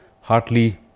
hardly